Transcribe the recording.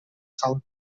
sound